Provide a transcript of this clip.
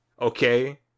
okay